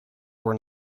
were